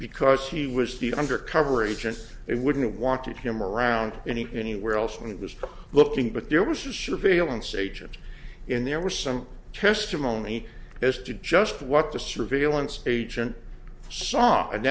because he was the undercover agent and wouldn't want to him around any any where else when it was looking but there was a surveillance agent in there was some testimony as to just what the surveillance agent saw and